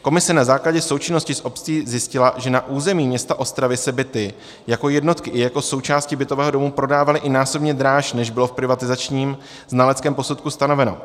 Komise na základě součinnosti s obcí zjistila, že na území města Ostravy se byty, jako jednotky i jako součásti bytových domů, prodávaly i násobně dráž, než bylo v privatizačním znaleckém posudku stanoveno.